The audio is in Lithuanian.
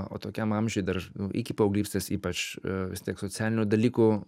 o tokiam amžiuj dar iki paauglystės ypač vis tiek socialinių dalykų